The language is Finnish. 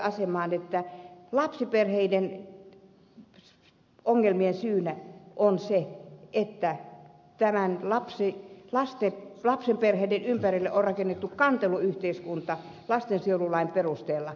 asemaan että lapsiperheiden ongelman syynä on että lapsiperheiden ympärille on rakennettu kanteluyhteiskunta lastensuojelulain perusteella